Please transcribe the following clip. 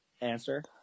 answer